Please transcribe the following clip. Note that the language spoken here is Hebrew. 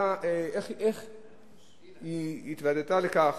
איך היא התוודעה לכך